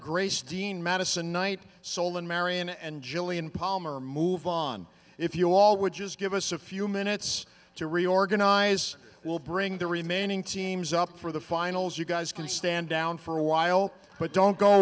grace dean madison knight solon marion and gillian palmer move on if you all would just give us a few minutes to reorganize will bring the remaining teams up for the finals you guys can stand down for a while but don't go